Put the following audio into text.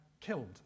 killed